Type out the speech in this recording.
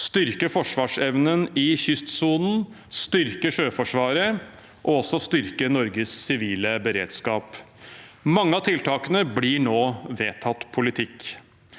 styrke forsvarsevnen i kystsonen, styrke Sjøforsvaret og styrke Norges sivile beredskap. Mange av tiltakene blir nå vedtatt politikk.